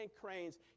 cranes